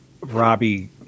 Robbie